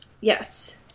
Yes